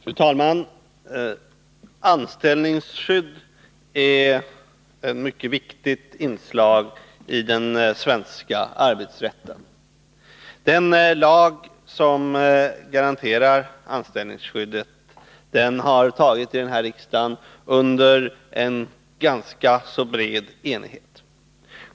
Fru talman! Anställningsskyddet är ett mycket viktigt inslag i den svenska arbetsrätten. Beslut om den lag som garanterar anställningsskyddet har fattats av den här riksdagen med en ganska bred enighet.